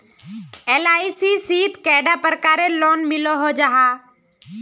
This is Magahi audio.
एल.आई.सी शित कैडा प्रकारेर लोन मिलोहो जाहा?